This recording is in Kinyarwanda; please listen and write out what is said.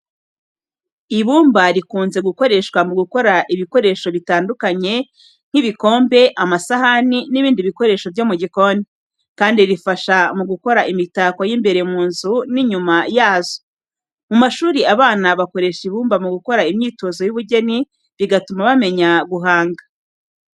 Ibumba rikunze gukoreshwa mu gukora ibikoresho bitandukanye nk'ibikombe, amasahani, n'ibindi bikoresho byo mu gikoni. Kandi rifasha mu gukora imitako y'imbere mu nzu n'inyuma yazo. Mu mashuri abana bakoresha ibumba mu gukora imyitozo y'ubugeni, bigatuma bamenya guhanga.